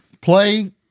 play